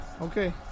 Okay